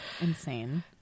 insane